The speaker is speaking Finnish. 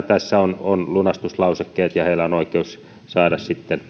tässä on lunastuslausekkeet ja heillä on oikeus saada